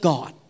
God